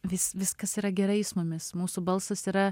vis viskas yra gerai su mumis mūsų balsas yra